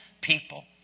people